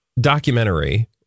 documentary